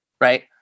right